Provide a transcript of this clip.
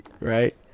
right